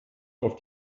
auf